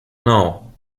know